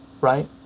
Right